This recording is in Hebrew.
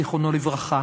זיכרונו לברכה,